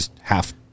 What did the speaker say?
half